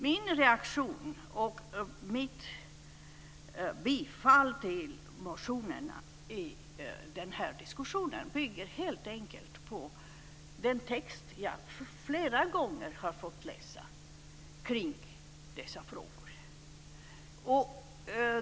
Min reaktion, och mitt bifall till motionerna i den här diskussionen, bygger helt enkelt på den text som jag flera gånger har fått läsa omkring dessa frågor.